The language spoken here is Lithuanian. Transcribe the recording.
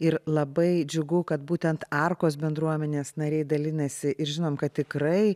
ir labai džiugu kad būtent arkos bendruomenės nariai dalinasi ir žinom kad tikrai